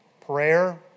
prayer